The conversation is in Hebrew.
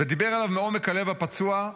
ודיבר אליו מעומק הלב הפצוע.